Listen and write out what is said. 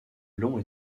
long